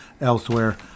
elsewhere